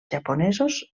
japonesos